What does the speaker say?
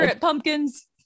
pumpkins